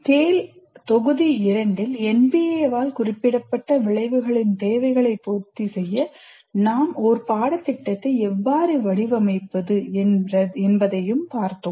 TALE தொகுதி 2 இல் NBA ஆல் குறிப்பிடப்பட்ட விளைவுகளின் தேவைகளைப் பூர்த்தி செய்ய ஒரு பாடத்திட்டத்தை எவ்வாறு வடிவமைப்பது என்பதைப் பார்த்தோம்